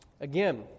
again